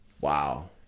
Wow